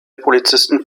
polizisten